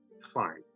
fine